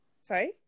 sorry